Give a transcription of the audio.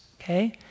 okay